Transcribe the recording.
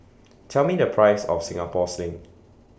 Tell Me The Price of Singapore Sling